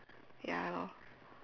ya lor